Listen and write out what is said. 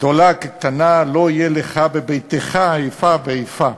גדולה וקטנה, לא יהיה לך בביתך איפה ואיפה"